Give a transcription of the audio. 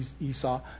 Esau